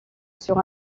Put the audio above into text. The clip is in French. sur